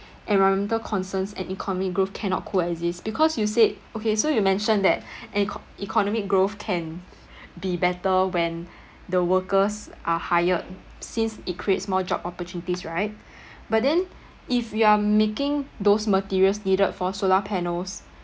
environmental concerns and economic growth cannot co-exist because you said okay so you mentioned that eco~ economic growth can be better when the workers are hired since it creates more job opportunities right but then if you're making those materials needed for solar panels